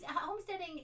homesteading